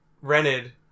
rented